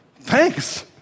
thanks